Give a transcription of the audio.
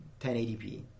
1080p